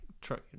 truck